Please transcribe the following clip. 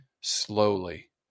slowly